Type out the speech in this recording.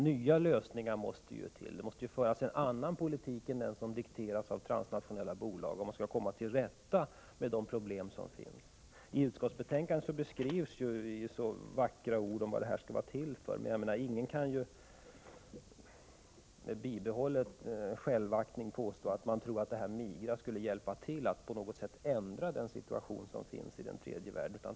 Nya lösningar måste till, och det måste föras en annan politik än den som dikteras av transnationella bolag, om man skall komma till rätta med de problem som finns. I utskottsbetänkandet beskrivs i vackra ord syftet med det hela, men ingen kan med bibehållen självaktning påstå att MIGA skulle hjälpa till att förbättra situationen i tredje världen.